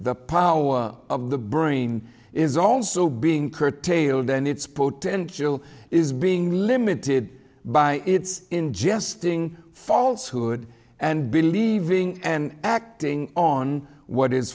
the power of the brain is also being curtailed and its potential is being limited by its ingesting falshood and believing and acting on what is